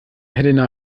helena